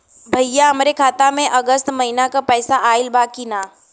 भईया हमरे खाता में अगस्त महीना क पैसा आईल बा की ना?